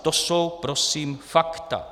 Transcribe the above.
To jsou prosím fakta.